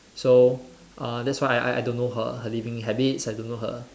so uh that's why I I I don't know her her living habits I don't know her